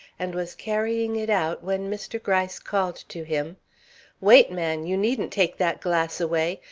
and was carrying it out when mr. gryce called to him wait, man! you needn't take that glass away.